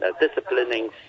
disciplining